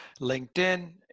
LinkedIn